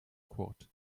kurt